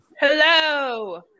hello